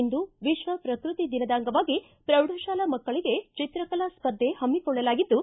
ಇಂದು ವಿಶ್ವ ಪ್ರಕೃತಿ ದಿನದ ಅಂಗವಾಗಿ ಪ್ರೌಢಶಾಲಾ ಮಕ್ಕಳಿಗೆ ಚಿತ್ರಕಲೆ ಸ್ಪರ್ಧೆ ಹಮ್ಮಿಕೊಳ್ಳಲಾಗಿದ್ದು